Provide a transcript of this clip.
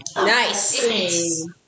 Nice